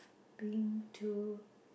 been to